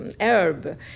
herb